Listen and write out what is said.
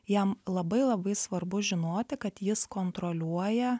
jam labai labai svarbu žinoti kad jis kontroliuoja